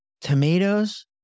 tomatoes